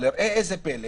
אבל ראה זה פלא,